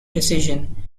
decision